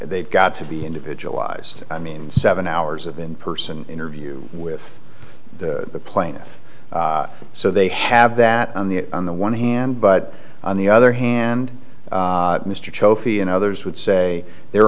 they've got to be individualized i mean seven hours of in person interview with the plaintiff so they have that on the on the one hand but on the other hand mr cho fee and others would say there